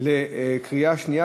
לקריאה שנייה.